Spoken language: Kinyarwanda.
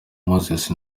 moses